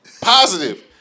positive